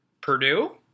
Purdue